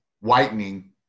whitening